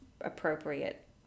appropriate